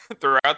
throughout